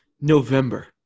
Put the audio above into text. November